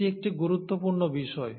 এটি একটি গুরুত্বপূর্ণ বিষয়